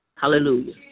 Hallelujah